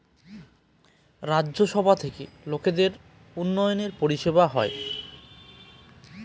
রাজ্য সভা থেকে লোকদের উন্নয়নের পরিষেবা হয়